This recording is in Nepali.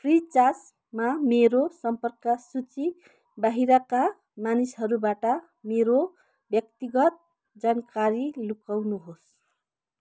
फ्रिचार्जमा मेरो सम्पर्क सूची बाहिरका मानिसहरूबाट मेरो व्यक्तिगत जानकारी लुकाउनुहोस्